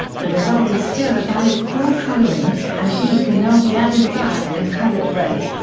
the result is still a valid four-coloring, and v can now be added back and colored red.